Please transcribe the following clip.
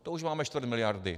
To už máme čtvrt miliardy.